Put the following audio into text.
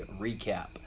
recap